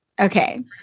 Okay